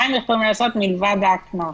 מה הם יכולים לעשות מלבד הקנס?